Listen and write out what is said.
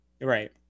Right